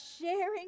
sharing